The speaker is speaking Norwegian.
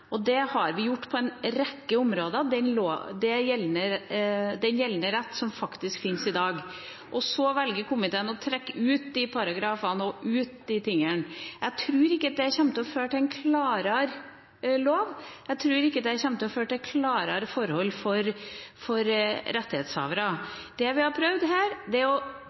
og det har vi gjort på en rekke områder – gjeldende rett som finnes i dag. Så velger komiteen å trekke ut enkelte paragrafer. Jeg tror ikke det kommer til å føre til en klarere lov. Jeg tror ikke det kommer til å føre til klarere forhold for rettighetshavere. Det vi har prøvd her, er å regulere slik det har vært praktisert i gjeldende rett i dag, og jeg tror ikke at det å skape mer uklarhet rundt det er